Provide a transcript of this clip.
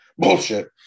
Bullshit